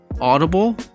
Audible